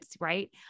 right